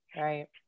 right